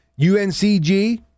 UNCG